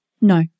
No